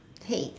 hey